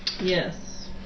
Yes